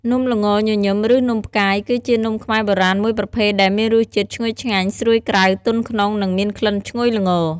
នំល្ងញញឹម ឬនំផ្កាយ គឺជានំខ្មែរបុរាណមួយប្រភេទដែលមានរសជាតិឈ្ងុយឆ្ងាញ់ ស្រួយក្រៅ ទន់ក្នុង និងមានក្លិនឈ្ងុយល្ង។